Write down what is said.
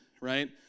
right